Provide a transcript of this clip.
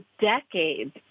decades